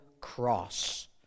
cross